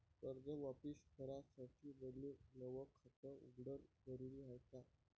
कर्ज वापिस करासाठी मले नव खात उघडन जरुरी हाय का?